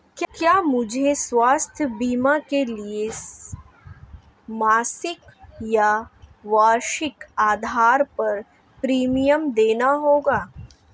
क्या मुझे स्वास्थ्य बीमा के लिए मासिक या वार्षिक आधार पर प्रीमियम देना होगा?